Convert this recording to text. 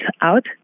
out